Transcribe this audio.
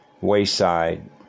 Wayside